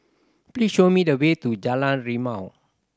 please show me the way to Jalan Rimau